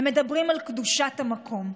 הם מדברים על קדושת המקום,